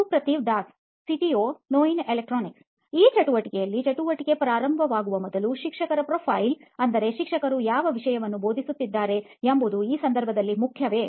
ಸುಪ್ರತಿವ್ Das CTO ನೋಯಿನ್ electronics ಈ ಚಟುವಟಿಕೆಯಲ್ಲಿ ಚಟುವಟಿಕೆ ಪ್ರಾರಂಭವಾಗುವ ಮೊದಲು ಶಿಕ್ಷಕರ ಪ್ರೊಫೈಲ್ ಅಂದರೆ ಶಿಕ್ಷಕರು ಯಾವ ವಿಷಯವನ್ನು ಬೋಧಿಸುತ್ತಿದ್ದಾರೆ ಎಂಬುವುದು ಈ ಸಂದರ್ಭದಲ್ಲಿ ಮುಖ್ಯವೇ